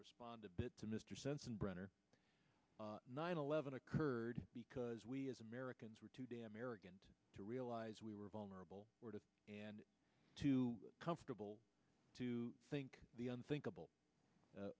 respond a bit to mr sensenbrenner nine eleven occurred because we as americans were too damn arrogant to realize we were vulnerable and too comfortable to think the